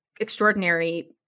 extraordinary